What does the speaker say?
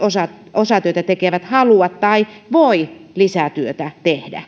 osatyötä tekevät halua tai voi lisätyötä tehdä